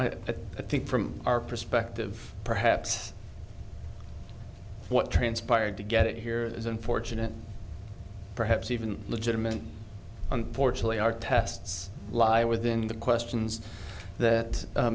but i think from our perspective perhaps what transpired to get it here is unfortunate perhaps even legitimate unfortunately our tests lie within the questions that